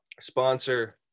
sponsor